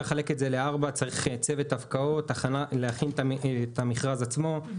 צוות הפקעות, הכנת המכרז עצמו,